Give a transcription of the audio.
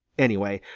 anyway,